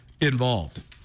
involved